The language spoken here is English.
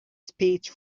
speech